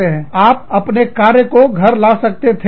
आप अपने कार्य को घर ला सकते थे